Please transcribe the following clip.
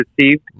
received